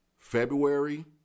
February